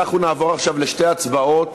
אנחנו נעבור עכשיו לשתי הצבעות,